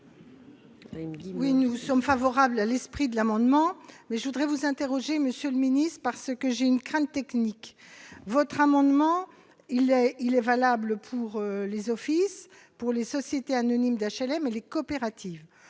oui, nous sommes favorables à l'esprit de l'amendement, mais je voudrais vous interroger Monsieur le Ministre, parce que j'ai une crainte technique votre amendement, il est, il est valable pour les offices pour les sociétés anonymes d'HLM et les coopératives,